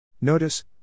Notice